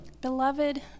Beloved